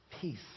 peace